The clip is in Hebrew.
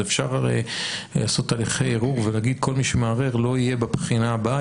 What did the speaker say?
אז אפשר לעשות תהליכי ערעור ולהגיד שכל מי שמערער לא יהיה בבחינה הבאה,